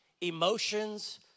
Emotions